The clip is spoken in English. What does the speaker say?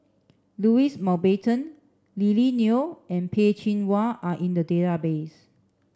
Louis Mountbatten Lily Neo and Peh Chin Hua are in the database